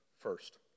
First